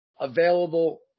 available